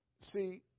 See